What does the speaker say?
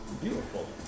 Beautiful